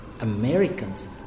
Americans